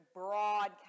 broad